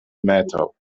metal